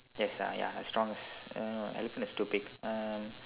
yes ah ya as strong as uh no elephant is stupid um